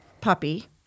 puppy